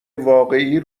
واقعی